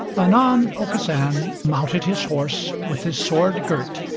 anon aucassin mounted his horse, with his sword girt,